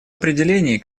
определении